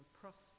prosper